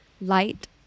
light